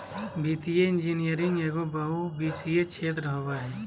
वित्तीय इंजीनियरिंग एगो बहुविषयी क्षेत्र होबो हइ